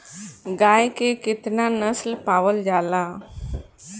गाय के केतना नस्ल पावल जाला?